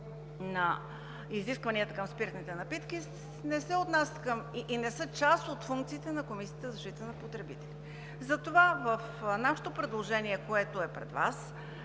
изискванията към спиртните напитки, не са част от функциите на Комисията за защита на потребителите. Затова в нашето предложение, което е пред Вас,